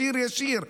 ישיר, ישיר.